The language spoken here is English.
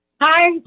Hi